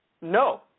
no